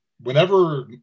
Whenever